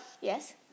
yes